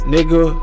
Nigga